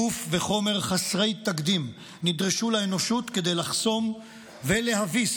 גוף וחומר חסרות תקדים נדרשו לאנושות כדי לחסום ולהביס